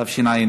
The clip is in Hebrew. התשע"ד